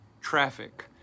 traffic